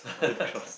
cross